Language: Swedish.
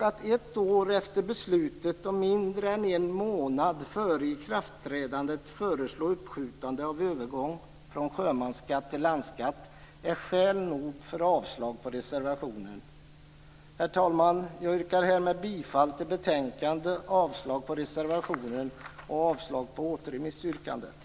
Att ett år efter beslutet och mindre än en månad före ikraftträdandet föreslå uppskjutande av övergången från sjömansskatt till landskatt är skäl nog för avslag på reservationen. Herr talman! Jag yrkar härmed bifall till hemställan i betänkandet och avslag på reservationen.